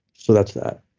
so that's that